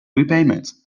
repayments